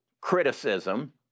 criticism